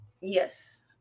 yes